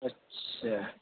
اچھا